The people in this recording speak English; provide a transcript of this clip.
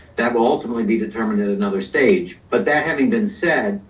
that will ultimately be determined at another stage. but that having been said,